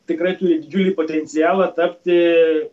tikrai turi didžiulį potencialą tapti